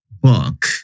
book